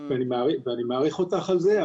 ואני מעריך אותך על זה,